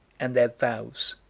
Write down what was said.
and their vows.